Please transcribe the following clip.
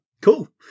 cool